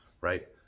right